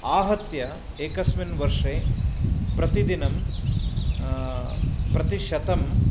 आहत्य एकस्मिन् वर्षे प्रतिदिनं प्रतिशतं